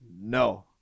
No